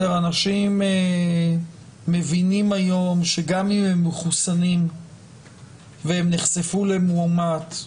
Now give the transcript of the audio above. אנשים מבינים היום שגם אם הם מחוסנים והם נחשפו למאומת,